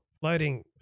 floating